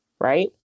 right